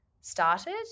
started